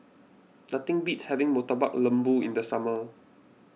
nothing beats having Murtabak Lembu in the summer